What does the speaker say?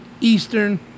Eastern